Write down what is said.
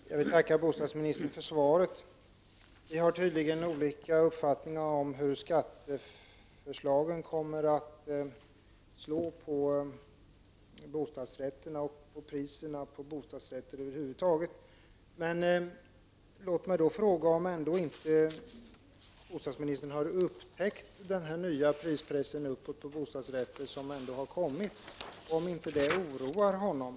Herr talman! Jag vill tacka bostadsministern för svaret. Vi har tydligen olika uppfattningar om hur skatteförslagen kommer att påverka bostadsrätterna och priserna på desamma. Har inte bostadsministern noterat den press uppåt av priserna på bostadsrätter som ändå har skett? Oroas inte bostadsministern av detta?